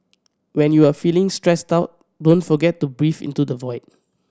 when you are feeling stressed out don't forget to breathe into the void